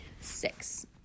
Six